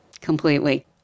completely